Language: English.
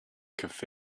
cafe